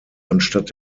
anstatt